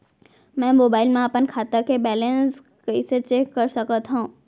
मैं मोबाइल मा अपन खाता के बैलेन्स कइसे चेक कर सकत हव?